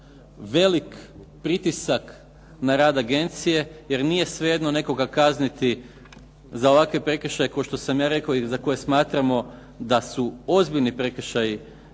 veliki pritisak na rad agencije jer nije svejedno nekoga kazniti za ovakve prekršaje koje sam ja rekao i za koje smatramo da su ozbiljni prekršaji